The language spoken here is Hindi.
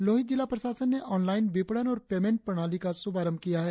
लोहित जिला प्रशासन ने आनलाईन विपणन और पेमेंट प्रणाली का शुभारंभ किया है